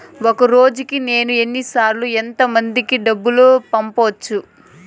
ఒక రోజుకి నేను ఎన్ని సార్లు ఎంత మందికి డబ్బులు పంపొచ్చు?